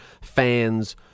fans